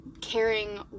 caring